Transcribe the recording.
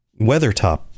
Weathertop